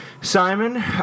Simon